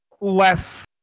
less